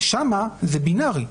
שמה זה בינארי,